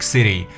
City